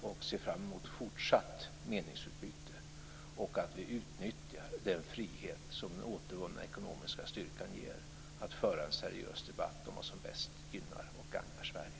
Jag ser fram emot ett fortsatt meningsutbyte och mot att vi utnyttjar den frihet som den återvunna ekonomiska styrkan ger till att föra en seriös debatt om vad som bäst gynnar och gagnar Sverige.